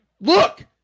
look